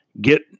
get